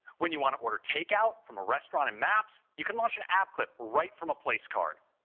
when you want to order takeout from a restaurant in maps, you can launch an app clip right from a place card.